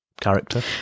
character